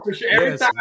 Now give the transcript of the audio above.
Yes